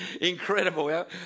Incredible